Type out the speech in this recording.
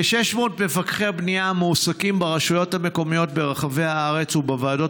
כ-600 מפקחי בנייה המועסקים ברשויות המקומיות ברחבי הארץ ובוועדות